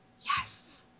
Yes